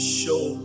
show